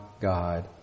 God